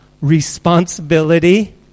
responsibility